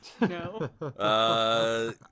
no